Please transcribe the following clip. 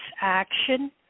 action